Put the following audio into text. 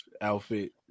outfit